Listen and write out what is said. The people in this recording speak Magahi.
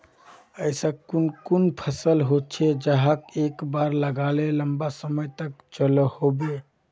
ऐसा कुन कुन फसल होचे जहाक एक बार लगाले लंबा समय तक चलो होबे?